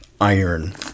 iron